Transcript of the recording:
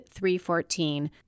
314